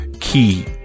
Key